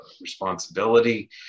responsibility